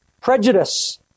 prejudice